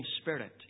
spirit